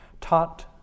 taught